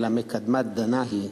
אלא מקדמת דנא היא.